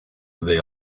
they